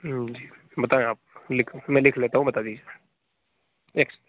हूँ जी भाई बताएँ आप लिख मैं लिख लेता हूँ बता दीजिए एक